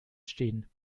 stehen